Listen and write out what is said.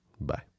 Bye